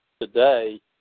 today